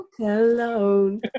alone